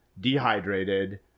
dehydrated